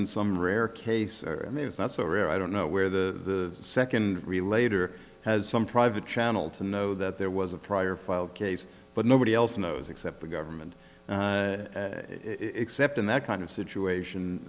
in some rare case i mean it's not so rare i don't know where the second relator has some private channel to know that there was a prior filed case but nobody else knows except the government except in that kind of situation